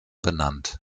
benannt